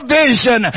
vision